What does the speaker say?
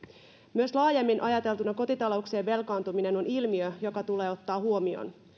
myös laajemmin ajateltuna kotitalouksien velkaantuminen on ilmiö joka tulee ottaa huomioon